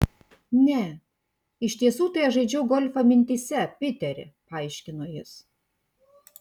ne iš tiesų tai aš žaidžiau golfą mintyse piteri paaiškino jis